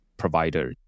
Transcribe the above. provider